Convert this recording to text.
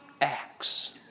acts